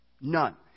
none